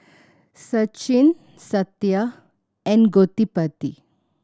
Sachin Satya and Gottipati